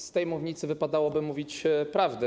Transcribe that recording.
Z tej mównicy wypadałoby mówić prawdę.